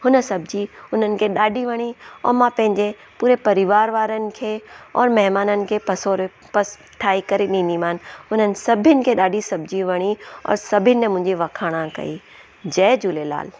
हुन सब्जी हुननि खे ॾाढी वणी और मां पंहिंजे पूरे परिवार वारनि खे और महिमाननि खे परोसियो पस ठाही करे ॾिनीमानि हुननि सभिनी खे ॾाढी सब्जी वणी और सभिनी ने मुंहिंजी वखाणा कई जय झूलेलाल